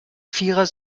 vierer